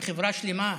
בחברה שלמה,